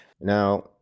Now